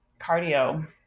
cardio